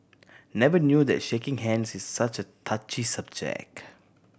never knew that shaking hands is such a touchy subject